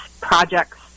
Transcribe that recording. projects